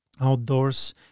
outdoors